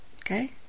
Okay